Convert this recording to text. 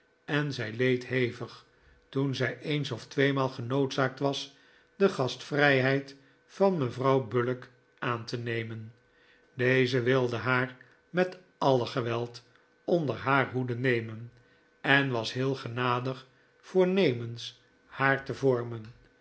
en zij leed hevig toen zij eens of tweemaal genoodzaakt was de gastvrijheid van mevrouw bullock aan te nemen deze wilde haar met alle geweld onder haar hoede nemen en was heel genadig voornemens haar te vormen